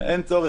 אין צורך.